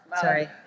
Sorry